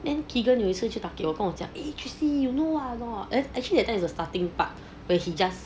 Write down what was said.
then keegan 有一次去 taka 有跟我讲 eh christy you know what or not it's actually that that is a starting part when he just